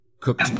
cooked